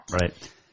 Right